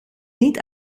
niet